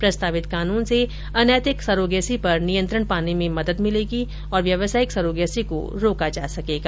प्रस्तावित कानून से अनैतिक सरोगेसी पर नियंत्रण पाने में मदद मिलेगी और व्यवसायिक सरोगेसी को रोका जा सकेगा